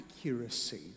accuracy